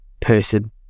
person